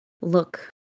look